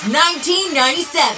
1997